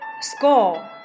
Score